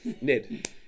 Ned